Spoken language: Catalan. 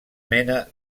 mena